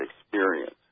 experience